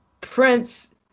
Prince